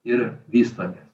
ir vystomės